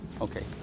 Okay